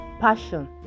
passion